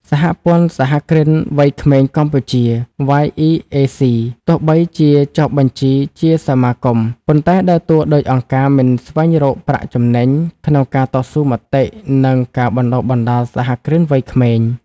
សហព័ន្ធសហគ្រិនវ័យក្មេងកម្ពុជា (YEAC) ទោះបីជាចុះបញ្ជីជាសមាគម ប៉ុន្តែដើរតួដូចអង្គការមិនស្វែងរកប្រាក់ចំណេញ ក្នុងការតស៊ូមតិ និងការបណ្ដុះបណ្ដាលសហគ្រិនវ័យក្មេង។